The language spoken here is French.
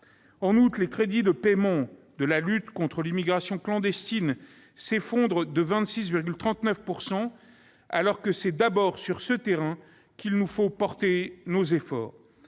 En outre, les crédits de paiement de la lutte contre l'immigration clandestine s'effondrent de 26,39 %, alors que c'est d'abord sur ce terrain qu'il nous faut porter nos efforts.